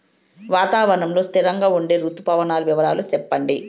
వాతావరణం లో స్థిరంగా ఉండే రుతు పవనాల వివరాలు చెప్పండి?